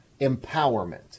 empowerment